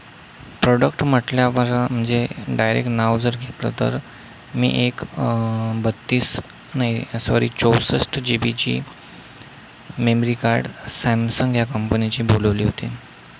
product म्हटल्यावर म्हणजे direct नाव जर घेतलं तर मी एक बत्तीस नाही सॉरी चौसष्ट जी बीची मेमरी कार्ड सॅमसंग या कंपनीची बोलवली होती